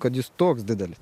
kad jis toks didelis